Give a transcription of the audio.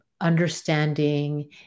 understanding